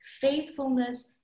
faithfulness